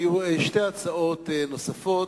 היו שתי הצעות נוספות.